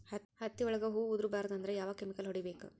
ಹತ್ತಿ ಒಳಗ ಹೂವು ಉದುರ್ ಬಾರದು ಅಂದ್ರ ಯಾವ ಕೆಮಿಕಲ್ ಹೊಡಿಬೇಕು?